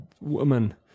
woman